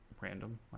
random